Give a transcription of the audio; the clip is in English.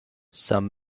some